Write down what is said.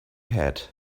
hat